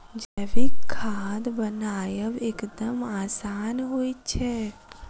जैविक खाद बनायब एकदम आसान होइत छै